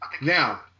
Now